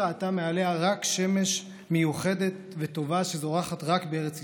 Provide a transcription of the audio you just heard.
היא ראתה מעליה רק שמש מיוחדת וטובה שזורחת רק בארץ ישראל.